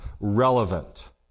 relevant